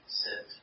sit